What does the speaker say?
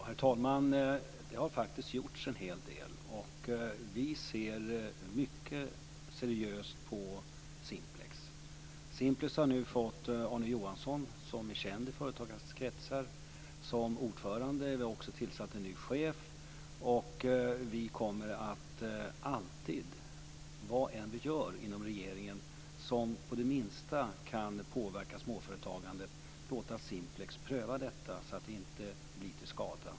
Herr talman! Det har faktiskt gjorts en hel del. Vi ser mycket seriöst på Simplex. Simplex har nu fått Arne Johansson, som är känd i företagarkretsar, som ordförande, och vi har också tillsatt en ny chef. Vi kommer alltid i vad än vi gör inom regeringen som på det minsta kan påverka småföretagande låta Simplex pröva detta så att det inte blir till skada.